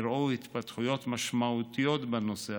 אירעו התפתחויות משמעותיות בנושא,